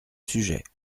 sujet